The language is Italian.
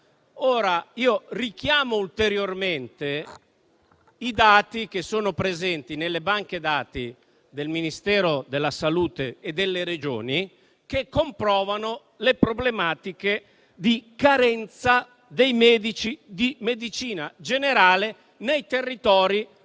richiamo ulteriormente i dati contenuti nelle banche dati del Ministero della salute e delle Regioni che comprovano le problematiche di carenza dei medici di medicina generale nei territori